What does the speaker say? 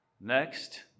Next